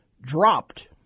dropped